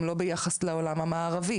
גם לא ביחס לעולם המערבי,